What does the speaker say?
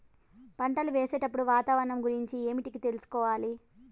పంటలు వేసేటప్పుడు వాతావరణం గురించి ఏమిటికి తెలుసుకోవాలి?